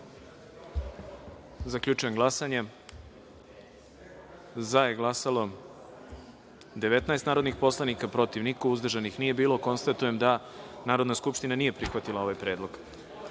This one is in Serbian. predlog. Zaključujem glasanje: za je glasalo – 15 narodnih poslanika, protiv – niko, uzdržanih – nije bilo. Konstatujem da Narodna skupština nije prihvatila ovaj predlog. Narodni